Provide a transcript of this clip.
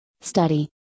study